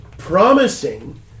promising